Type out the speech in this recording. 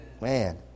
Man